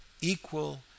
equal